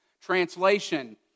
Translation